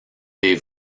des